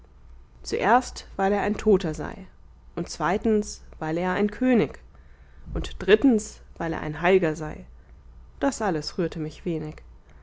zuerst weil er ein toter sei und zweitens weil er ein könig und drittens weil er ein heil'ger sei das alles rührte mich wenig